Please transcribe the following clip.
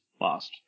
lost